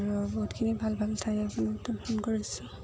আৰু বহুতখিনি ভাল ভাল ঠাই দৰ্শন কৰিছোঁ